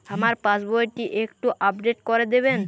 আমার পাসবই টি একটু আপডেট করে দেবেন?